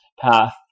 path